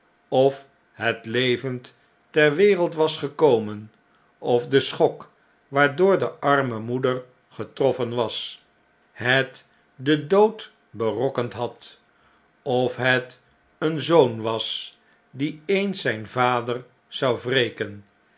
of het levend ter wereld was gekomen of de schok waardoor de arme moeder getroffen was het den dood berokkend had of het een zoon was die e'ens zjjn vader zou